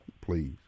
Please